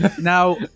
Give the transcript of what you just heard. Now